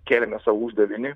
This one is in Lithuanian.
kėlėme sau uždavinį